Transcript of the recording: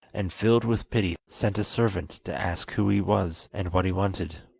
and filled with pity sent a servant to ask who he was and what he wanted.